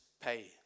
pay